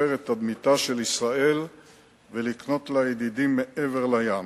את תדמיתה של ישראל ולקנות לה ידידים מעבר לים.